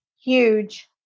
Huge